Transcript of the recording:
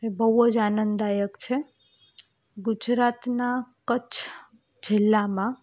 એ બહુ જ આનંદદાયક છે ગુજરાતના કચ્છ જિલ્લામાં